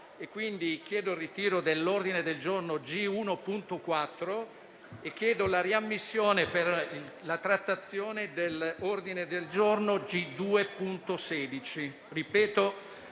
Chiedo pertanto il ritiro dell'ordine del giorno G1.4 e la riammissione alla trattazione dell'ordine del giorno G2.16.